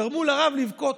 שגרמו לרב לבכות.